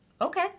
okay